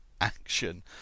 action